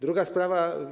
Druga sprawa.